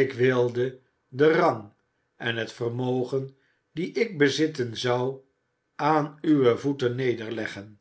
ik wilde den rang en het vermogen die ik bezitten zou aan uwe voeten nederleggen